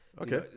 Okay